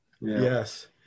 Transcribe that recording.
Yes